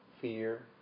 fear